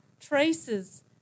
traces